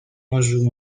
موضوع